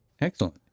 Excellent